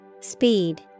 Speed